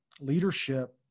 leadership